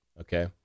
Okay